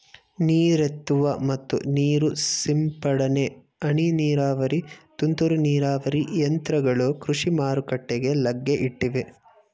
ನೀರೆತ್ತುವ ಮತ್ತು ನೀರು ಸಿಂಪಡನೆ, ಹನಿ ನೀರಾವರಿ, ತುಂತುರು ನೀರಾವರಿ ಯಂತ್ರಗಳು ಕೃಷಿ ಮಾರುಕಟ್ಟೆಗೆ ಲಗ್ಗೆ ಇಟ್ಟಿವೆ